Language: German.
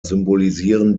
symbolisieren